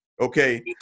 Okay